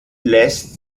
lässt